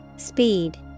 Speed